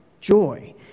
joy